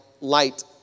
light